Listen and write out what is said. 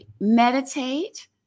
meditate